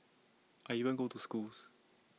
I even go to schools